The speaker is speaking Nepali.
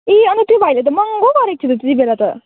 ए अन्त त्यो भाइले त महँगो गरेको थियो त त्यति बेला त